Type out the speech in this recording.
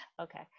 Okay